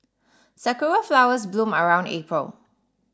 sakura flowers bloom around April